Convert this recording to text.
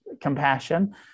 compassion